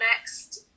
next